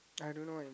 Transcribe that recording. I don't know eh